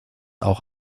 auch